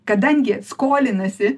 kadangi skolinasi